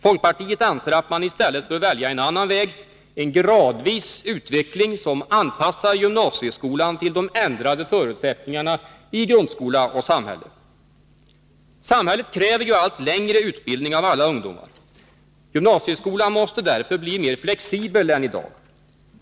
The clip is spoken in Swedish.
Folkpartiet anser att man i stället bör välja en annan väg — en utveckling gradvis, som anpassar gymnasieskolan till de ändrade förutsättningarna i grundskola och i samhälle. Samhället kräver allt längre utbildning av alla ungdomar. Gymnasieskolan måste därför bli mer flexibel än i dag.